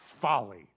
folly